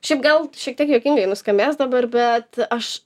šiaip gal šiek tiek juokingai nuskambės dabar bet aš